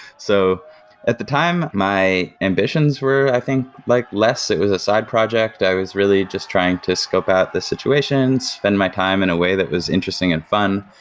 so at the time, my ambitions were i think like less. it was a side project. i was really just trying to scope out the situation, spend my time in a way that was interesting and fun,